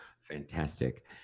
Fantastic